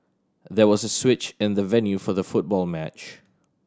there was a switch in the venue for the football match